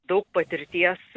daug patirties